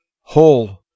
whole